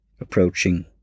approaching